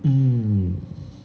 mm